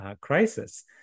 crisis